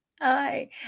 hi